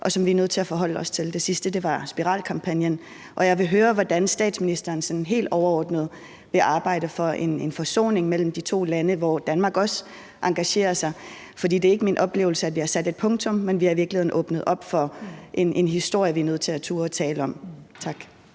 og som vi er nødt til at forholde os til – det sidste var spiralkampagnen. Jeg vil høre, hvordan statsministeren sådan helt overordnet vil arbejde for en forsoning mellem de to lande, hvor Danmark også engagerer sig. For det er ikke min oplevelse, at vi har sat et punktum, men vi har i virkeligheden åbnet op for en historie, vi er nødt til at turde tale om. Tak.